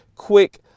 quick